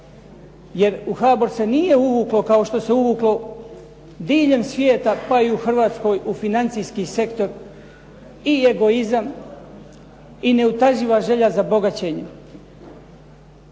jer u HBOR se nije uvuklo kao što se uvuklo diljem svijeta, pa i u Hrvatskoj u financijski sektor i egoizam i neutaživa želja za bogaćenjem.